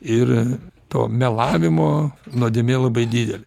ir to melavimo nuodėmė labai didelė